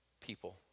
people